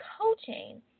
coaching